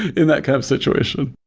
in that kind of situation.